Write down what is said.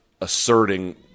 asserting